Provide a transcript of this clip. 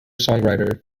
songwriter